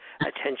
attention